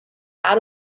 out